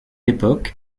époque